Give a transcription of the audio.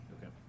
Okay